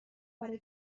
برای